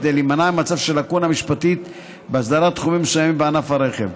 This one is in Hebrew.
כדי להימנע ממצב של לקונה משפטית בהסדרת תחומים מסוימים בענף הרכב.